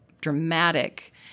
dramatic